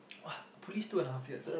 what police two and a half years ah